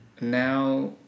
now